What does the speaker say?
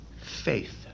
faith